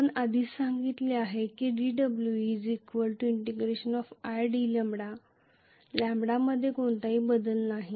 आपण आधीच सांगितले आहे की dWe id मध्ये कोणताही बदल नाही